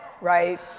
right